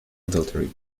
adultery